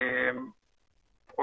או